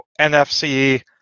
NFC